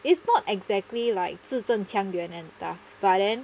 it's not exactly like 字正腔圆 and stuff but then